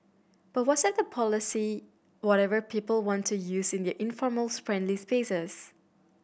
but what's at the policing whatever people want to use in their informal friendly spaces